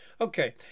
Okay